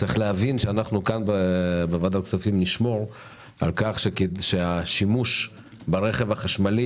אנו בוועדת הכספים נשמור על כך שהשימוש ברכב החשמלי